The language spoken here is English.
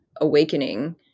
awakening